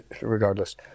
regardless